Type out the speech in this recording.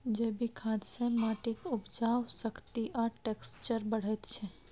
जैबिक खाद सँ माटिक उपजाउ शक्ति आ टैक्सचर बढ़ैत छै